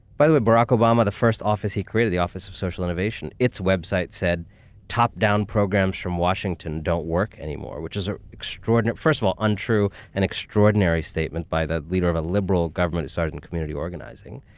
by the way, barack obama, the first office he created, the office of social innovation, its website said top down programs from washington don't work anymore, which is an ah extraordinary, first of all untrue, and extraordinary statement by the leader of a liberal government who started in community organizing.